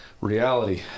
Reality